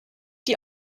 die